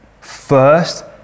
first